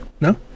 No